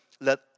Let